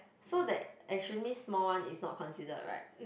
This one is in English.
so that extremely small one is not considered right